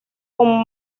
con